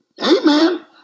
Amen